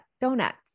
donuts